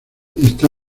está